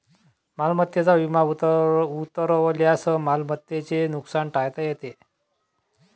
मालमत्तेचा विमा उतरवल्यास मालमत्तेचे नुकसान टाळता येते